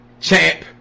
Champ